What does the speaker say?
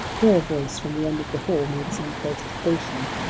here a voice from the end of the hall made some protestation,